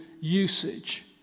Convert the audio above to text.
usage